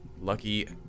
lucky